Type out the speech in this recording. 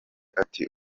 ati